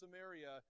Samaria